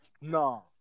No